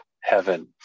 heaven